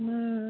ହୁଁ